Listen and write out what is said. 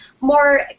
more